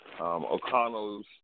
O'Connell's